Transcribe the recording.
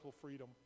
freedom